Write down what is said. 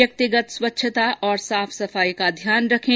व्यक्तिगत स्वच्छता और साफ सफाई का ध्यान रखें